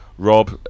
Rob